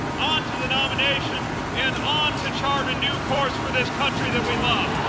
on to the nomination, and on to chart a new course for this country that we love.